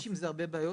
יש עם זה הרבה בעיות,